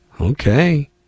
Okay